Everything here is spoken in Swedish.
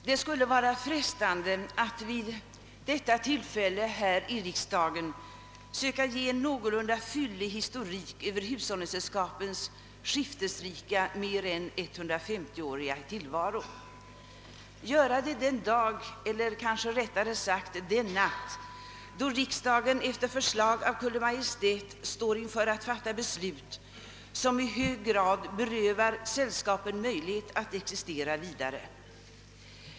Det skulle vara frestande att vid detta tillfälle här i riksdagen söka ge en någorlunda fyllig historik över hushållningssällskapens skiftesrika mer än 150-åriga tillvaro — göra det den dag eller kanske rättare sagt den natt då riksdagen efter förslag av Kungl. Maj:t står inför att fatta beslut som i hög grad berövar sällskapen möjligheterna att existera vidare.